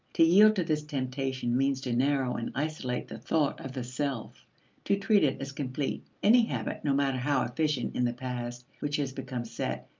to yield to this temptation means to narrow and isolate the thought of the self to treat it as complete. any habit, no matter how efficient in the past, which has become set,